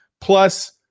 Plus